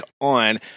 on